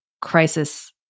crisis